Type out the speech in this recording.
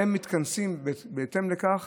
הם מתכנסים בהתאם לכך